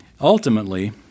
ultimately